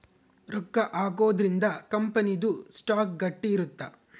ರೊಕ್ಕ ಹಾಕೊದ್ರೀಂದ ಕಂಪನಿ ದು ಸ್ಟಾಕ್ ಗಟ್ಟಿ ಇರುತ್ತ